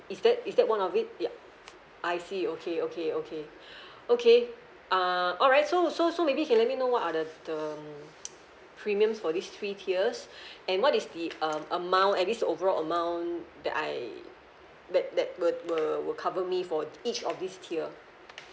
is that is that one of it ya I see okay okay okay okay err alright so so so maybe you can let me know what are the the um premiums for these three tiers and what is the um amount at least overall amount that I that that will will will cover me for each of these tier